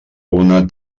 una